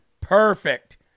Perfect